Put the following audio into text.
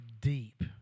deep